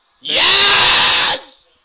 Yes